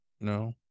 No